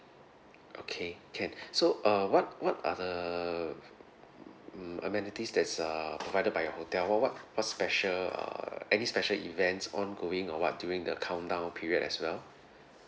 okay can so uh what what are the um amenities that's err provided by your hotel what what what special err any special events ongoing or what during the countdown period as well